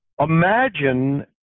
imagine